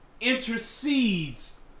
intercedes